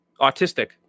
autistic